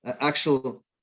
actual